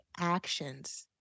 actions